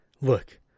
look